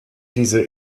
diese